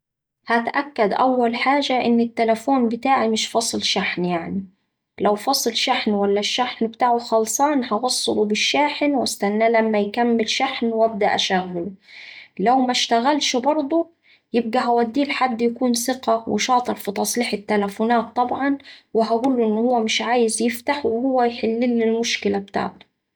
هتأكد أول حاجة إن التلفون بتاعي مش فاصل شحن يعني، لو فاصل شحن ولا الشحن بتاعه خلصان هوصله بالشاحن واستناه لما يكمل شحن وابدأ أشغله. لو مشتغلش برضه، يبقا هوديه لحد يكون ثقة وشاطر في تصليح التلفونات طبعا وهقوله إن هو مش عايز يفتح وهو يحللي المشكلة بتاعته.